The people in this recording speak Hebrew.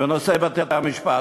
בנושא בתי-המשפט.